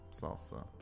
salsa